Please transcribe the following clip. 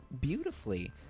beautifully